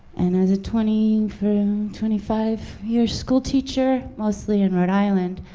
and as a twenty twenty five year school teacher, mostly in rhode island,